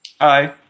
Hi